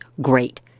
great